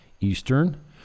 Eastern